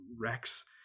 rex